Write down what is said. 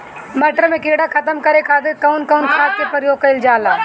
मटर में कीड़ा खत्म करे खातीर कउन कउन खाद के प्रयोग कईल जाला?